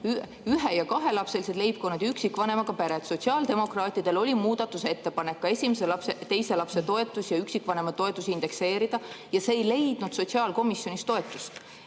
ühe- ja kahelapselised leibkonnad ja üksikvanemaga pered? Sotsiaaldemokraatidel oli muudatusettepanek ka esimese lapse ja teise lapse toetus ja üksikvanema toetus indekseerida, aga see ei leidnud sotsiaalkomisjonis toetust.